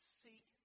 seek